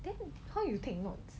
then how you take notes